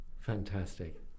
Fantastic